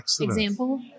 example